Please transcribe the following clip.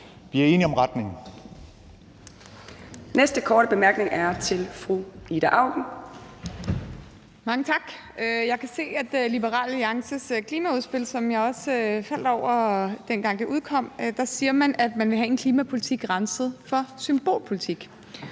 Mercado): Den næste korte bemærkning er til fru Ida Auken. Kl. 18:05 Ida Auken (S): Mange tak. Jeg kan se, at man i Liberal Alliances klimaudspil, som jeg også faldt over, dengang det udkom, siger, at man vil have en klimapolitik renset for symbolpolitik.